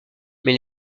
mais